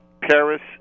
Paris